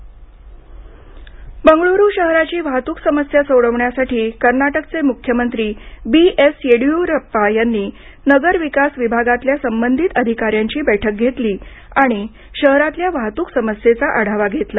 बंगळरू वाहतक समस्या बंगळूरु शहराची वाहतूक समस्या सोडविण्यासाठी कर्नाटकचे मुख्यमंत्री बी एस येडीयुरप्पा यांनी नगरविकास विभागातल्या संबंधीत अधिकाऱ्यची बैठक घेतली आणि शहरातल्या वाहतूक समस्येचा आढावा घेतला